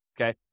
okay